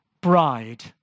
bride